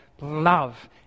love